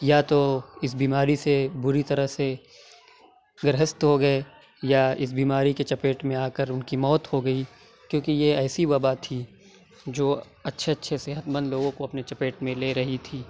یا تو اِس بیماری سے بُری طرح سے گرہست ہو گئے یا اِس بیماری کے لپیٹ میں آ کر اُن کی موت ہو گئی کیوں کہ یہ ایسی وباء تھی جو اچھے اچھے صحت مند لوگوں کو اپنے لپیٹ میں لے رہی تھی